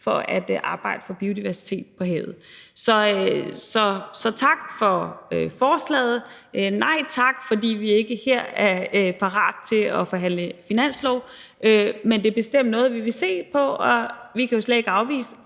til at arbejde for biodiversiteten på havet. Så tak for forslaget, men nej tak, fordi vi ikke er parate til her at forhandle finanslov. Men det er bestemt noget, som vi vil se på, og vi kan jo slet ikke afvise,